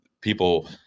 people